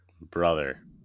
brother